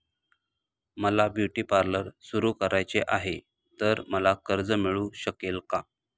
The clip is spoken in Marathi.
मला ब्युटी पार्लर सुरू करायचे आहे तर मला कर्ज मिळू शकेल का?